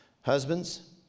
Husbands